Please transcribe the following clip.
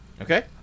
Okay